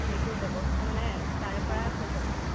সেইটো ব্যৱস্থা মানে তাৰে পৰাই হৈ যাব